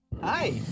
Hi